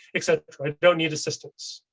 except i don't need assistance.